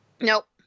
Nope